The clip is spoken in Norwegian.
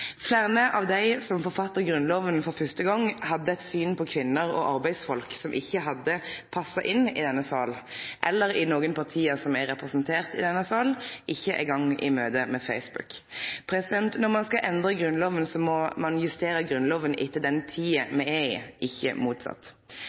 Fleire av dei som forfatta Grunnloven for fyrste gong, hadde eit syn på kvinner og arbeidsfolk som ikkje hadde passa inn i denne salen eller i nokon av dei partia som er representerte i denne salen – ikkje eingong i møte med Facebook. Når ein skal endre Grunnloven, må ein justere Grunnloven etter den tida